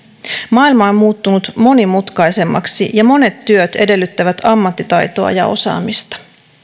maailma on muuttunut monimutkaisemmaksi ja monet työt edellyttävät ammattitaitoa ja osaamista